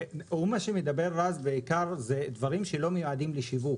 מה שמדבר רז זה בעיקר דברים שלא מיועדים לשיווק.